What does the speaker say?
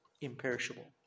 imperishable